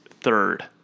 third